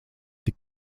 tik